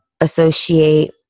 associate